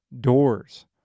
doors